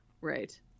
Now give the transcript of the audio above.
Right